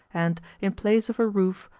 and, in place of a roof,